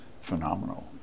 phenomenal